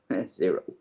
Zero